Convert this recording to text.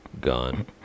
Gone